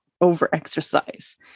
over-exercise